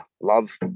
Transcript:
love